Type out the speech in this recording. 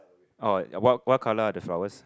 oh what what colour are the flowers